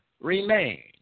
remain